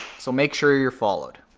so make sure you're followed.